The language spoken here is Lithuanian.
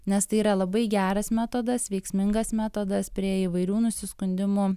nes tai yra labai geras metodas veiksmingas metodas prie įvairių nusiskundimų